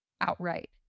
outright